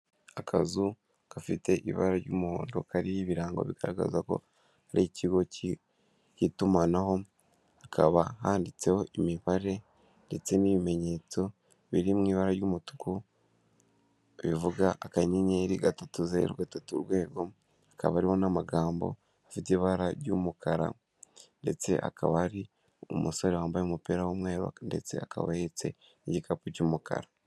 Akazu gafite ibara ry'umuhondo kariho ibirango bigaragaza ko ari ikigo cy'itumanaho, hakaba handitseho imibare ndetse n'ibimenyetso biri mu ibara ry'umutuku, bivuga akanyenyeri, gatutu, zeru, gatatu, urwego, hakaba hariho n'amagambo afite ibara ry'umukara ndetse hakaba hari umusore wambaye umupira w'umweru ndetse akaba ahetse n'igikapu cy'umukara.